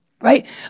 right